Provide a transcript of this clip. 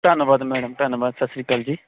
ਧੰਨਵਾਦ ਮੈਡਮ ਧੰਨਵਾਦ ਸਤਿ ਸ਼੍ਰੀ ਅਕਾਲ ਜੀ